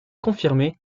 confirmé